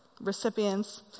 recipients